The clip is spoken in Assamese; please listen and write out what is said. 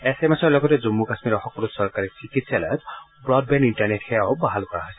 এছ এম এছৰ লগতে জম্মু কাশ্মীৰৰ সকলো চৰকাৰী চিকিৎসালয়ত ৱডবেণ্ড ইণ্টাৰনেট সেৱাও বাহাল কৰা হৈছে